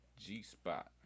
G-Spot